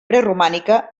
preromànica